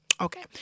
okay